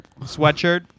sweatshirt